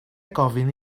gofyn